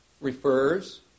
refers